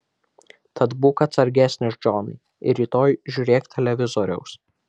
tad būk atsargesnis džonai ir rytoj žiūrėk televizoriaus